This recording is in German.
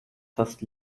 fast